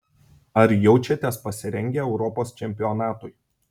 ar jaučiatės pasirengę europos čempionatui